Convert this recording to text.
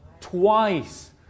twice